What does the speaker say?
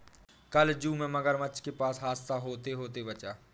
कल जू में मगरमच्छ के पास हादसा होते होते बचा